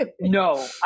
no